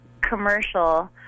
commercial